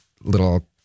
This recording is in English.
little